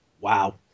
Wow